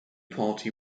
party